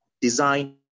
design